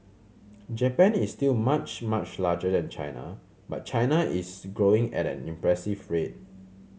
Japan is still much much larger than China but China is growing at an impressive rate